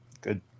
Good